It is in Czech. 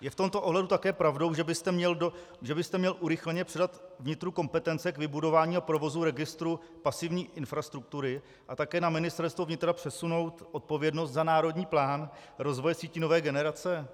Je v tomto ohledu také pravdou, že byste měl urychleně předat vnitru kompetence k vybudování a provozu registru pasivní infrastruktury a také na Ministerstvo vnitra přesunout odpovědnost za národní plán rozvoje sítí nové generace?